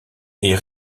est